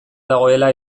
dagoela